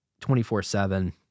24-7